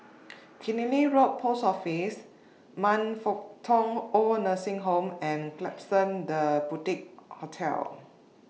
Killiney Road Post Office Man Fut Tong Oid Nursing Home and Klapsons The Boutique Hotel